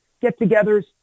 get-togethers